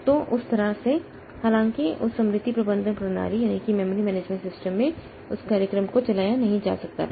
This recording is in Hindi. तो उस तरह से हालांकि उस स्मृति प्रबंधन प्रणाली में उस कार्यक्रम को नहीं चलाया जा सकता था